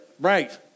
Right